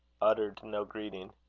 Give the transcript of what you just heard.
uttered no greeting.